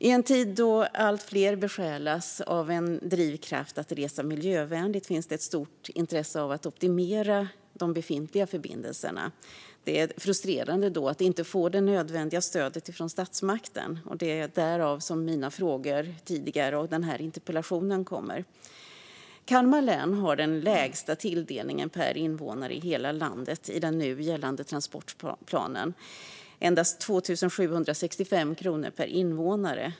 I en tid då allt fler besjälas av en drivkraft att resa miljövänligt finns ett stort intresse av att optimera befintliga förbindelser. Det är då frustrerande att inte få det nödvändiga stödet från statsmakten. Därav mina frågor och denna interpellation. Kalmar län har den lägsta tilldelningen per invånare i hela landet i den nu gällande nationella transportplanen, endast 2 765 kronor per invånare.